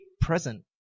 present